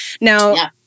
Now